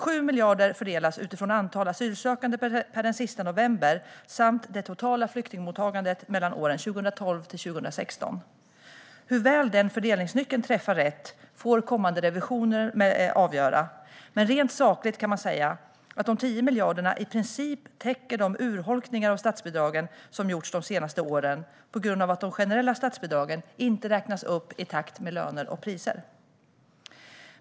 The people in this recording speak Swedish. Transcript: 7 miljarder fördelas utifrån antalet asylsökande per den 30 november samt det totala flyktingmottagandet mellan 2012 och 2016. I vilken utsträckning den fördelningsnyckeln träffar rätt får kommande revisioner avgöra. Men rent sakligt kan man säga att de 10 miljarderna i princip täcker de urholkningar av statsbidragen som gjorts de senaste åren på grund av att de generella statsbidragen inte räknas upp i takt med löner och priser.